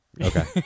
Okay